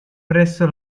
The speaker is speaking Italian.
presso